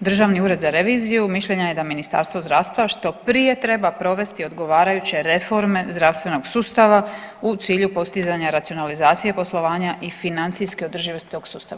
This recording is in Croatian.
Državni ured za reviziju mišljenja je da Ministarstvo zdravstva što prije treba provesti odgovarajuće reforme zdravstvenog sustava u cilju postizanja racionalizacije poslovanja i financijske održivosti tog sustava.